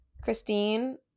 Christine